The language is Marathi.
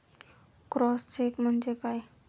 क्रॉस चेक म्हणजे काय?